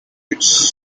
its